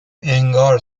انگار